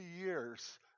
years